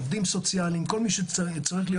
עובדים סוציאליים וכל מי שצריך להיות